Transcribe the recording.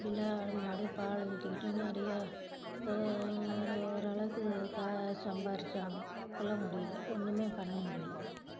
அப்படின்னா ஆடு மாடு பால் ஊற்றிக்கிட்டு நிறைய ஒரு ஓரளவுக்கு காசு சம்பாதிச்சாங்க இப்போல்லாம் முடியல ஒன்றுமே பண்ண முடியல